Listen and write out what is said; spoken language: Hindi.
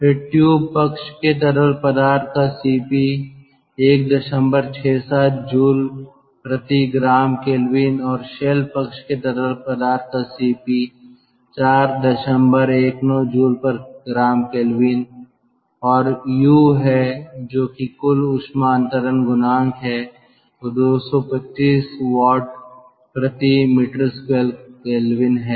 फिर ट्यूब पक्ष के तरल पदार्थ का Cp 167 J g K और शेल पक्ष के तरल पदार्थ का Cp 419 J g K और U है जो कि कुल ऊष्मा अंतरण गुणांक है वह 225 W m2K है